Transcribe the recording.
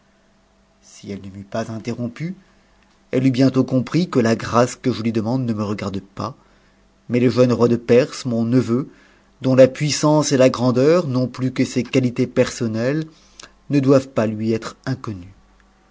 si elle ne m'eût pas interrompu elle eût bientôt compris que la grâce que je lui demande ne me regarde pas mais le jeune roi de perse mon neveu dont la puissance et la grandeur non plus que ses qualités personnelles ne doivent pas lui être inconnues